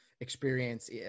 experience